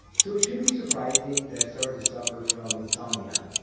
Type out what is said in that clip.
so it shouldn't be surprising that i've started to suffer from insomnia.